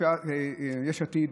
תנועת יש עתיד,